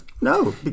no